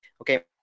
okay